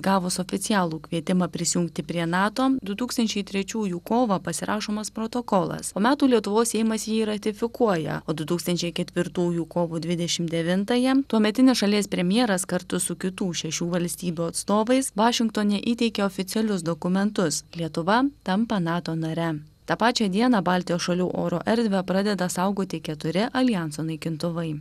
gavus oficialų kvietimą prisijungti prie nato du tūkstančiai trečiųjų kovą pasirašomas protokolas po metų lietuvos seimas jį ratifikuoja o du tūkstančiai ketvirtųjų kovo dvidešim devintąją tuometinis šalies premjeras kartu su kitų šešių valstybių atstovais vašingtone įteikia oficialius dokumentus lietuva tampa nato nare tą pačią dieną baltijos šalių oro erdvę pradeda saugoti keturi aljanso naikintuvai